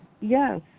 Yes